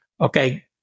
okay